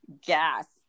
gas